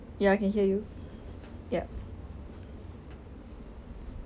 ya I can hear you yup